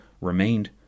remained